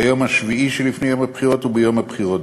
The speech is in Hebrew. ביום השביעי שלפני הבחירות וביום הבחירות,